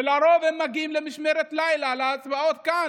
ולרוב הם מגיעים למשמרת לילה להצבעות כאן.